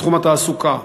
בתחום התעסוקה.